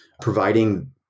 providing